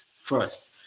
first